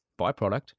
byproduct